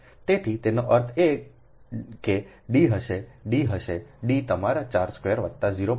તેથી તેનો અર્થ એ કે d હશે d હશે d તમારા 4 સ્ક્વેર વત્તા 0